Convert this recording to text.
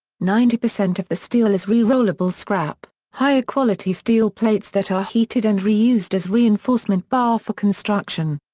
ninety percent of the steel is re-rollable scrap higher quality steel plates that are heated and reused as reinforcement bar for construction.